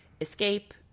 escape